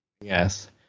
Yes